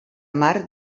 mar